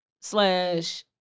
slash